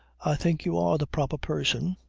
i think you are the proper person.